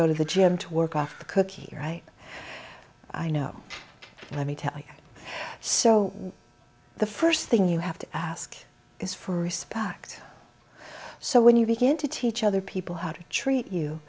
go to the gym to work after the cookie right i know let me tell you so the first thing you have to ask is for respect so when you begin to teach other people how to treat you